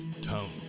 Tone